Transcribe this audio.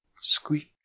squeak